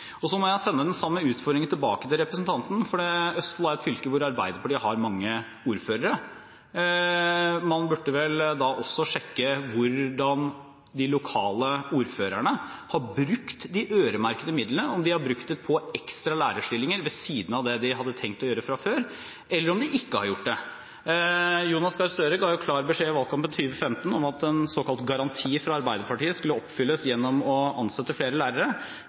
Så må jeg sende den samme utfordringen tilbake til representanten, for Østfold er et fylke hvor Arbeiderpartiet har mange ordførere. Man burde vel da også sjekke hvordan de lokale ordførerne har brukt de øremerkede midlene, om de har brukt dem på ekstra lærerstillinger ved siden av det de hadde tenkt å gjøre fra før, eller om de ikke har gjort det. Jonas Gahr Støre ga jo klar beskjed i valgkampen 2015 om at en såkalt garanti fra Arbeiderpartiet skulle oppfylles gjennom å ansette flere lærere.